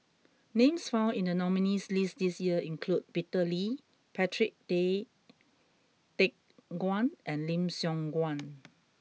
names found in the nominees' list this year include Peter Lee Patrick Tay Teck Guan and Lim Siong Guan